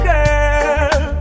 Girl